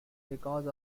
because